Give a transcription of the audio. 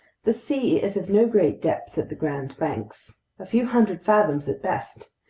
the sea is of no great depth at the grand banks. a few hundred fathoms at best.